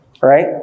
right